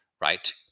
right